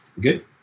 Good